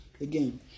again